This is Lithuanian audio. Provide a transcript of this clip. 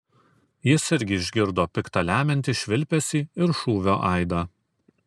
jis irgi išgirdo pikta lemiantį švilpesį ir šūvio aidą